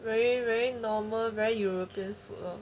very very normal very european food lor